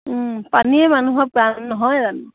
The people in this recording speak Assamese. পানীয়ে মানুহৰ প্ৰাণ নহয় জানো